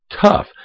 tough